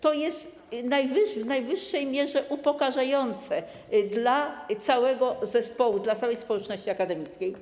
To jest w najwyższej mierze upokarzające dla całego zespołu, dla całej społeczności akademickiej.